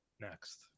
next